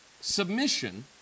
Submission